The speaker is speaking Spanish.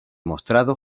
mostrado